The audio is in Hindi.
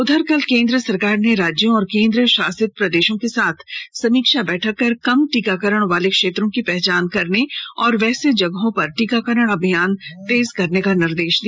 उधर कल केंद्र सरकार ने राज्यों और केंद्र शासित प्रदेशों के साथ समीक्षा बैठक कर कम टीकाकरण वाले क्षेत्रों की पहचान करने और वैसे जगहों पर टीकाकरण अभियान तेज करने का निर्देश दिया